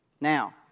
Now